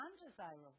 undesirable